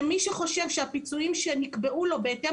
שמי שחושב שהפיצויים שנקבעו לו בהתאם